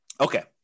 Okay